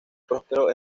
próspero